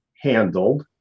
handled